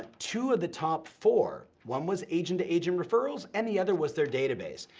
two of the top four, one was agent to agent referrals, and the other was their database.